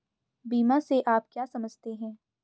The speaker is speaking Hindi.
बीमा से आप क्या समझते हैं?